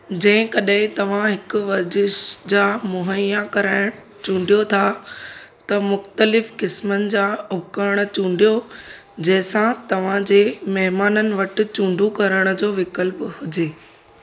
जेकड॒हिं तव्हां हिकु वरज़िश जा मुहैया कराइण चूंडियो था त मुख़्तलिफ़ क़िस्मनि जा उपकरणु चूंडियो जंहिं सां तव्हांजे महिमाननि वटि चूंडु करण जो विकल्प हुजे